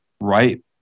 right